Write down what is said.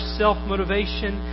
self-motivation